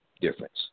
difference